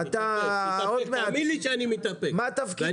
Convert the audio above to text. אתה רוצה שנדבר